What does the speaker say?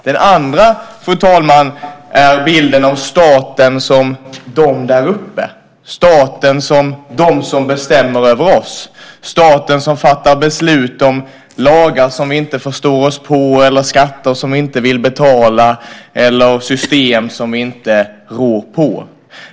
Den andra bilden är den av staten som "dom där uppe", staten som de som bestämmer över oss, som fattar beslut om lagar som vi inte förstår oss på, inför skatter som vi inte vill betala och system som vi inte rår på.